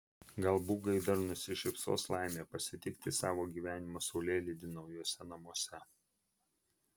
gal bugui dar nusišypsos laimė pasitikti savo gyvenimo saulėlydį naujuose namuose